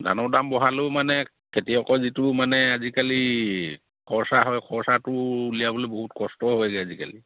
ধানৰ দাম বঢ়ালেও মানে খেতিয়কৰ যিটো মানে আজিকালি খৰচ হয় খৰচটো উলিয়াবলৈ বহুত কষ্ট হয়গৈ আজিকালি